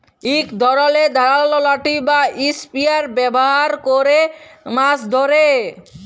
ইক ধরলের ধারালো লাঠি বা ইসপিয়ার ব্যাভার ক্যরে মাছ ধ্যরে